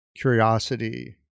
curiosity